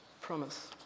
promise